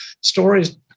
stories